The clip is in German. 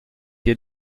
hier